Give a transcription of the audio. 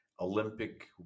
Olympic